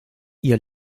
ihr